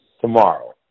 tomorrow